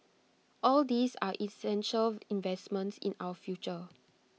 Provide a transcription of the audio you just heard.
all these are essential investments in our future